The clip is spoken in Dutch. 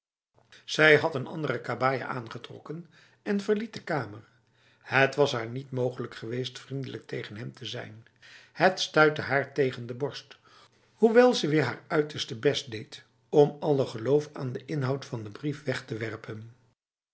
zij had een andere kabaja aangetrokken en verliet de kamer het was haar niet mogelijk geweest vriendelijk tegen hem te zijn het stuitte haar tegen de borst hoewel ze weer haar uiterste best deed om alle geloof aan de inhoud van de brief weg te werpen